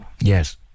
Yes